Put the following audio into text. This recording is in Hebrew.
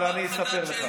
אבל אני אספר לך,